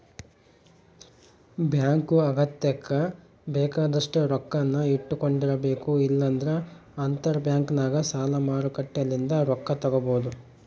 bank ಅಗತ್ಯಕ್ಕ ಬೇಕಾದಷ್ಟು ರೊಕ್ಕನ್ನ ಇಟ್ಟಕೊಂಡಿರಬೇಕು, ಇಲ್ಲಂದ್ರ ಅಂತರಬ್ಯಾಂಕ್ನಗ ಸಾಲ ಮಾರುಕಟ್ಟೆಲಿಂದ ರೊಕ್ಕ ತಗಬೊದು